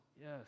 yes